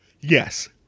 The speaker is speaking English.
Yes